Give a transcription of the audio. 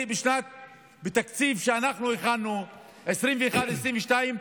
בתקציב שאנחנו הכנו ב-2021 2022,